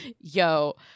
yo